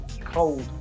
cold